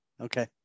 Okay